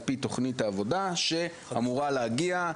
על פי תוכנית העבודה - אין שום רשות שאמורה להגיע.